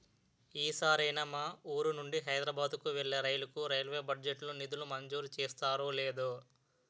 ఈ సారైనా మా వూరు నుండి హైదరబాద్ కు వెళ్ళే రైలుకు రైల్వే బడ్జెట్ లో నిధులు మంజూరు చేస్తారో లేదో